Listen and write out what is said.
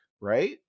right